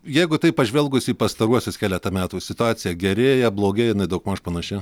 jeigu taip pažvelgus į pastaruosius keletą metų situacija gerėja blogėja jinai daugmaž panaši